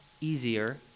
easier